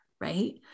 right